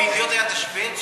ב"ידיעות" היה תשבץ,